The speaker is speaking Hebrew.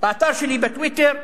באתר שלי, ב"טוויטר",